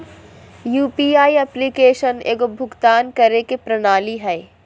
UPI application एगो भुक्तान करे के प्रणाली हइ